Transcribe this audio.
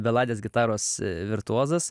beladės gitaros virtuozas